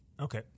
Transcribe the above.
Okay